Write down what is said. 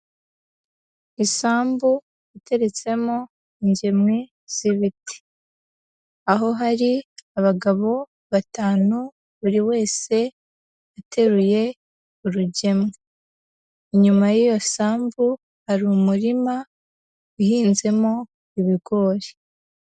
Isambu iteretsemo ingemwe z'ibiti, aho hari abagabo batanu buri wese ateruye urugemwe, inyuma y'iyo sambu hari umurima uhinzemo ibigori.